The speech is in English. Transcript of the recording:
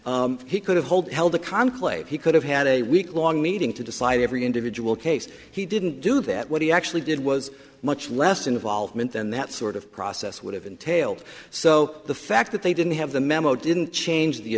he could have hold held a conclave he could have had a week long meeting to decide every individual case he didn't do that what he actually did was much less involvement and that sort of process would have entailed so the fact that they didn't have the memo didn't change the